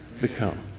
become